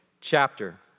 chapter